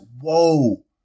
whoa